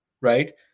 Right